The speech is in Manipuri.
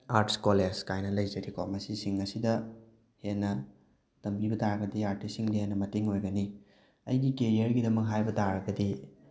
ꯑꯥꯔꯠꯁ ꯀꯣꯂꯦꯁ ꯀꯥꯏꯅ ꯂꯩꯖꯔꯤꯀꯣ ꯃꯁꯤꯁꯤꯡ ꯑꯁꯤꯗ ꯍꯦꯟꯅ ꯇꯝꯕꯤꯕ ꯇꯥꯔꯒꯗꯤ ꯑꯥꯔꯇꯤꯁꯁꯤꯡꯗ ꯍꯦꯟꯅ ꯃꯇꯦꯡ ꯑꯣꯏꯒꯅꯤ ꯑꯩꯒꯤ ꯀꯦꯔꯤꯌꯔꯒꯤꯗꯃꯛ ꯍꯥꯏꯕ ꯇꯥꯔꯒꯗꯤ